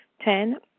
Ten